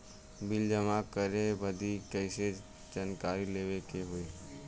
Bill जमा करे बदी कैसे जानकारी लेवे के होई?